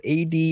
AD